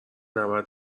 نبرد